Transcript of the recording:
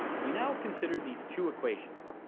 we now consider these two equations.